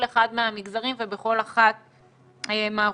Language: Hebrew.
אחד מהמגזרים ובכל אחת מהאוכלוסיות.